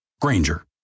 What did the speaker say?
Granger